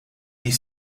die